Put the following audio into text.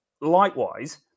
likewise